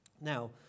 Now